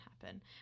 happen